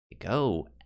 Go